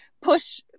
push